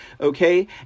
okay